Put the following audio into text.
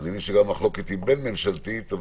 מבין שהמחלוקת היא בין-ממשלתית.